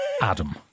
Adam